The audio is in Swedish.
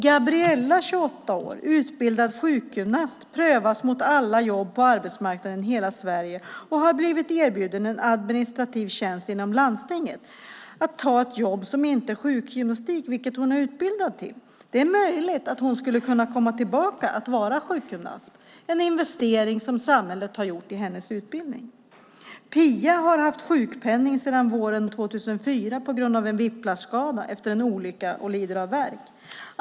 Gabriella som är 28 år är utbildad sjukgymnast och prövas mot alla jobb på arbetsmarknaden i hela Sverige och har blivit erbjuden en administrativ tjänst inom landstinget, ett jobb som inte handlar om sjukgymnastik som hon har utbildats för. Det är möjligt att hon skulle kunna komma tillbaka till att vara sjukgymnast, och samhället har gjort en investering i hennes utbildning. Pia har haft sjukpenning sedan våren 2004 på grund av en whiplashskada efter en olycka och lider av värk.